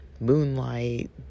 moonlight